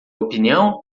opinião